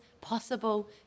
possible